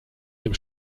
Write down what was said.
dem